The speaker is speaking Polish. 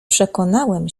przekonałem